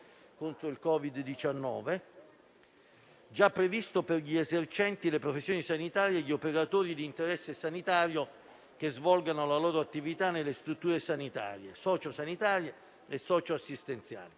contro il Covid-19, già previsto per gli esercenti le professioni sanitarie e gli operatori di interesse sanitario che svolgano la loro attività nelle strutture sanitarie, socio-sanitarie e socio-assistenziali,